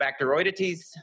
bacteroidetes